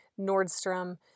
Nordstrom